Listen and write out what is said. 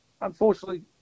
unfortunately